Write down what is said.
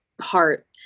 heart